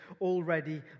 already